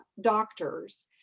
doctors